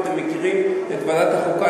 אתם מכירים את ועדת החוקה,